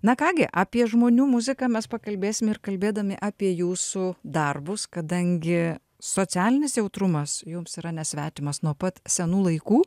na ką gi apie žmonių muziką mes pakalbėsim ir kalbėdami apie jūsų darbus kadangi socialinis jautrumas jums yra nesvetimas nuo pat senų laikų